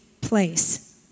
place